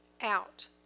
out